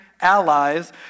allies